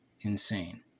insane